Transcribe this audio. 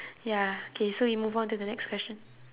ya okay so we move on to the next question